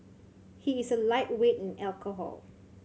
he is a lightweight in alcohol